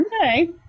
Okay